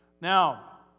Now